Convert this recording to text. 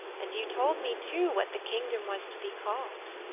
and you told me, too, what the kingdom was to be called.